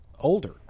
older